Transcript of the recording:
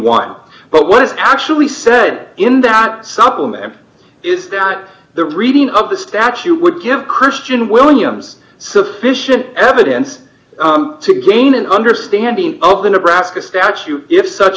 dollars but what is actually said in that supplemental is that the reading of the statute would give christian williams sufficient evidence to gain an understanding of the nebraska statute if such